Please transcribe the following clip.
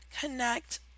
connect